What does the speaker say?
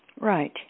Right